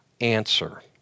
answer